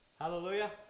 Hallelujah